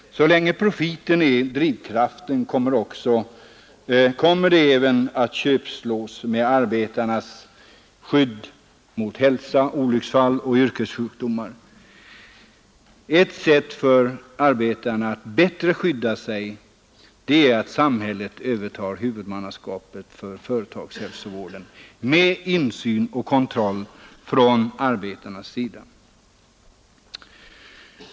Så länge profiten är drivkraften kommer det också att köpslås med arbetarnas skydd mot ohälsa, olycksfall och yrkessjukdomar. Ett sätt för arbetarna att bättre skydda sig är att samhället övertar huvudmannaskapet för företagshälsovården, med insyn och kontroll från arbetarnas sida.